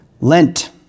Lent